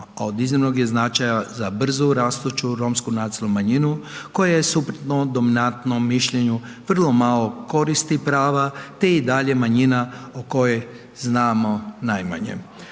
od iznimnog je značaja za brzo rastuću romsku nacionalnu manjinu koja je suprotno dominantnom mišljenju vrlo malo koristi prava te i dalje manjina o kojoj znamo najmanje.